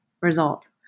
result